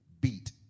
beat